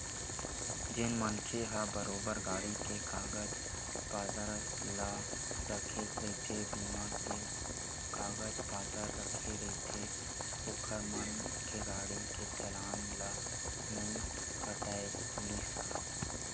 जेन मनखे मन ह बरोबर गाड़ी के कागज पतर ला रखे रहिथे बीमा के कागज पतर रखे रहिथे ओखर मन के गाड़ी के चलान ला नइ काटय पुलिस ह